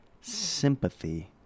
Sympathy